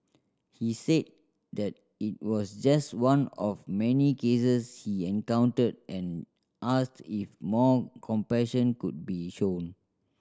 he said that it was just one of many cases he encountered and asked if more compassion could be shown